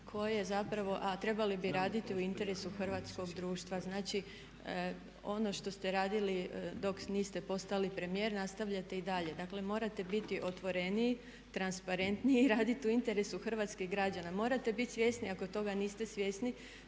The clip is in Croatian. koje zapravo, a trebali bi raditi u interesu hrvatskog društva. Znači, ono što ste radili dok niste postali premijer nastavljate i dalje. Dakle, morate biti otvoreniji, transparentniji i raditi u interesu hrvatskih građana. Morate biti svjesni ako toga niste svjesni